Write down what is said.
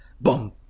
boom